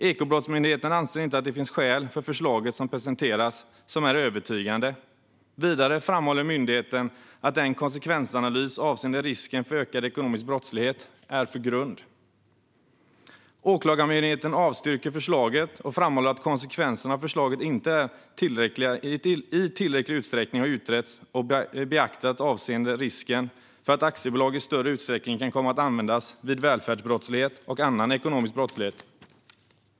Ekobrottsmyndigheten anser inte att det finns skäl för förslaget som presenteras som är övertygande. Vidare framhåller myndigheten att konsekvensanalysen avseende risken för ökad ekonomisk brottslighet är för grund. Åklagarmyndigheten avstyrker förslaget och framhåller att konsekvenserna av det inte i tillräcklig utsträckning har utretts och beaktats avseende risken för att aktiebolag i större utsträckning kan komma att användas vid välfärdsbrottslighet och annan ekonomisk brottslighet.